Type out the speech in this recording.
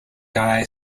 guy